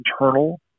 internal